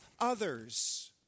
others